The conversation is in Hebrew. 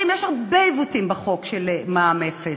חברים, יש הרבה עיוותים בחוק של מע"מ אפס.